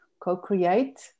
co-create